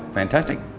fantastic.